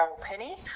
Penny